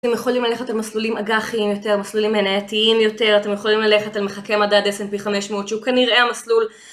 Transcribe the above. אתם יכולים ללכת על מסלולים אג"חיים יותר, מסלולים מנייתיים יותר, אתם יכולים ללכת על מחקי מדד S&P 500, שהוא כנראה המסלול...